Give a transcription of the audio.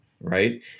right